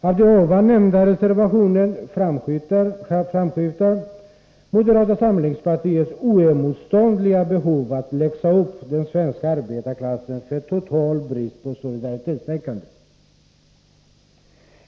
I denna reservation framskymtar moderata samlingspartiets oemotståndliga behov av att läxa upp den svenska arbetarklassen för total brist på solidaritetstänkande.